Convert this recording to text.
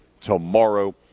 Tomorrow